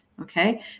Okay